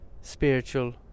spiritual